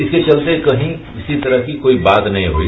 इसके चलते कहीं किसी तरह की बात नहीं हुई